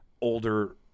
older